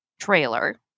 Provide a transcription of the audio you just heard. trailer